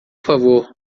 favor